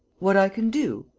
what i can do?